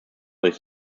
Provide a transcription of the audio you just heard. durch